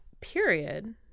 period